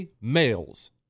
males